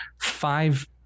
five